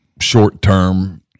short-term